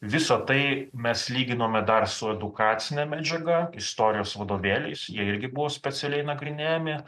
visa tai mes lyginome dar su edukacine medžiaga istorijos vadovėliais jie irgi buvo specialiai nagrinėjami